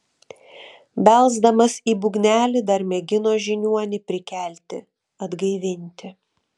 belsdamas į būgnelį dar mėgino žiniuonį prikelti atgaivinti